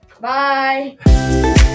Bye